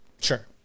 Sure